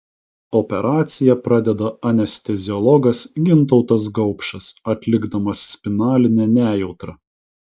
operaciją pradeda anesteziologas gintautas gaupšas atlikdamas spinalinę nejautrą